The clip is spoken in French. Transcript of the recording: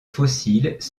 fossiles